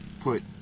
put